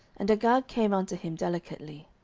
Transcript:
and agag came unto him delicately.